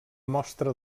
mostra